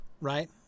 right